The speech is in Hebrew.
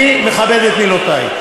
אני מכבד את מילותי.